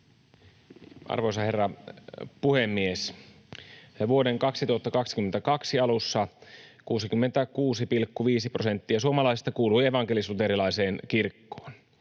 Arvoisa herra puhemies! Vuoden 2022 alussa 66,5 prosenttia suomalaisista kuului evankelis-luterilaiseen kirkkoon.